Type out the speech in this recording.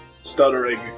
stuttering